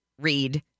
read